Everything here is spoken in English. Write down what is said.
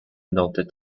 noted